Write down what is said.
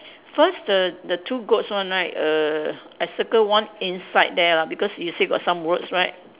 first the the two goats one right err I circle one inside there lah because you say got some words right